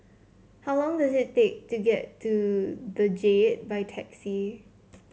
how long does it take to get to the Jade by taxi